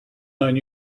nine